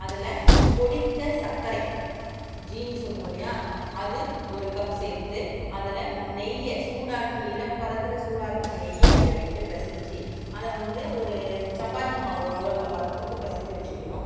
அதில் பொடித்த சர்க்கரை ஜீனி சொல்லுவோமில்லயா அது ஒரு கப் சேர்த்து அதில் நெய்யை சூடாக்கி இளம் பதத்தில் சூடாக்கின நெய்யை அதில் விட்டு பிசஞ்சி அதை வந்து ஒரு சப்பாத்தி மாவு போல உள்ள பதத்துக்கு பிசஞ்சி வச்சுக்கணும்